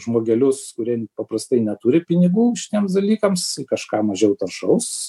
žmogelius kurie paprastai neturi pinigų šitiems dalykams į kažką mažiau taršaus